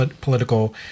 political